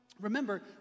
Remember